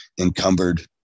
encumbered